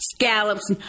Scallops